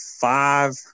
five